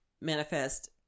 manifest